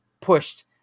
pushed